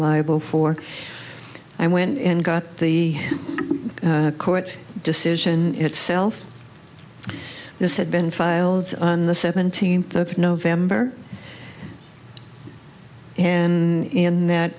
liable for i went and got the court decision itself this had been filed on the seventeenth of november and in that